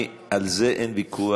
אף פעם לא היה, על זה אין ויכוח.